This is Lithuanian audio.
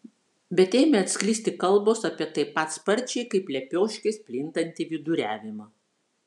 bet ėmė atsklisti kalbos apie taip pat sparčiai kaip lepioškės plintantį viduriavimą